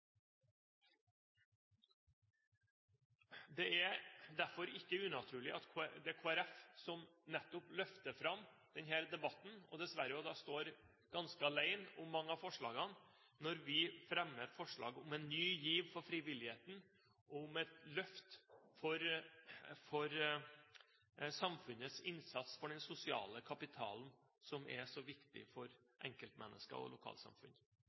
Det er derfor ikke unaturlig at det nettopp er Kristelig Folkeparti som løfter fram denne debatten – og vi står dessverre ganske alene om mange av forslagene – ved å fremme forslag om en ny giv for frivilligheten og om et løft for samfunnets innsats for den sosiale kapitalen, som er så viktig for enkeltmennesket og lokalsamfunn.